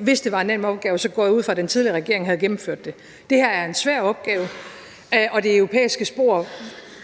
Hvis det var en nem opgave, går jeg ud fra, at den tidligere regering havde gennemført det. Det her er en svær opgave, og det europæiske spor